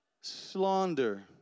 Slander